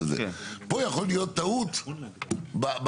פה יכולה להיות טעות בהגדרה.